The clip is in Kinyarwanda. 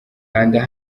kanda